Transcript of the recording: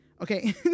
okay